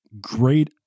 great